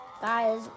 Guys